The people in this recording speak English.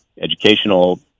educational